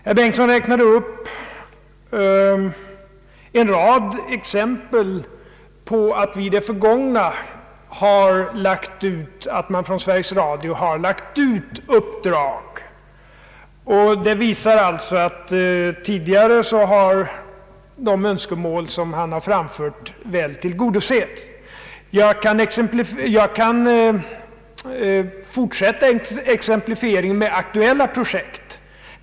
Herr Bengtson räknade upp en rad exempel på att man från Sveriges Radio i det förgångna har lagt ut uppdrag, och detta visar att hans nu framförda önskemål tidigare väl har tillgodosetts. Jag kan fortsätta exemplifieringen med aktuella projekt.